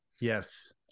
yes